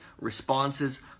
responses